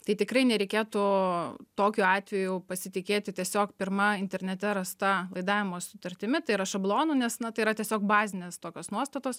tai tikrai nereikėtų tokiu atveju pasitikėti tiesiog pirma internete rasta laidavimo sutartimi tai yra šablonu nes na tai yra tiesiog bazinės tokios nuostatos